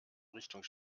richtung